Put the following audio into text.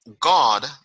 God